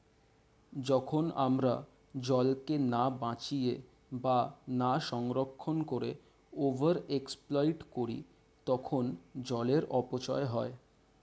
যখন আমরা জলকে না বাঁচিয়ে বা না সংরক্ষণ করে ওভার এক্সপ্লইট করি তখন জলের অপচয় হয়